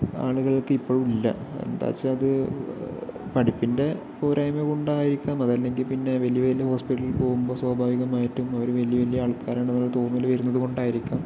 ആളുകൾക്ക് ഇപ്പോഴും ഇല്ല എന്താണെന്നുവെച്ചാൽ അത് പഠിപ്പിൻ്റെ പോരായ്മ കൊണ്ടായിരിക്കാം അതല്ലെങ്കിൽ പിന്നെ വല്യ വല്യ ഹോസ്പിറ്റലുകളിൽ പോകുമ്പോൾ സ്വാഭാവികമായിട്ടും അവര് വല്യ വല്യ ആൾക്കാരാണെന്നുള്ളൊരു തോന്നൽ വരുന്നത് കൊണ്ടായിരിക്കാം